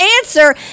answer